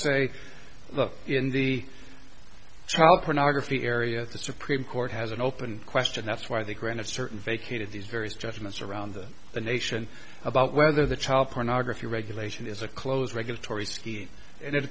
say look in the child pornography area the supreme court has an open question that's why they granted certain vacated these various judgments around the nation about whether the child pornography regulation is a close regulatory scheme and i